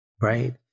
right